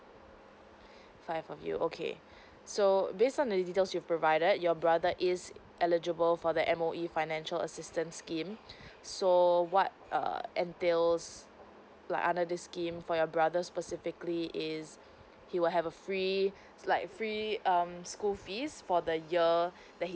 five of you okay so based on the details you provided your brother is eligible for the M_O_E financial assistance scheme so what err entails like under this scheme for your brother specifically is he will have a free like free um school fees for the year that he's